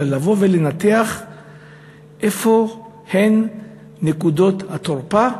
אלא לבוא ולנתח איפה הן נקודות התורפה,